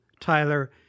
Tyler